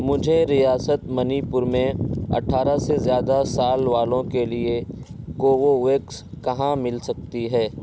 مجھے ریاست منی پور میں اٹھارہ سے زیادہ سال والوں کے لیے کووویکس کہاں مل سکتی ہے